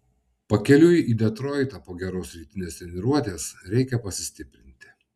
pakeliui į detroitą po geros rytinės treniruotės reikia pasistiprinti